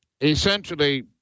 essentially